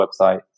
website